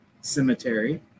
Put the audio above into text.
cemetery